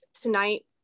tonight